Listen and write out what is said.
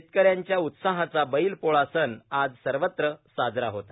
शेतकऱ्यांच्या उत्साहाचा बैलपोळा सण आज सर्वत्र साजरा होत आहे